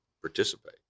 participate